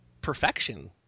perfection